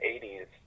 80s